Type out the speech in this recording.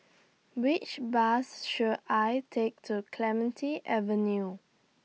Which Bus should I Take to Clementi Avenue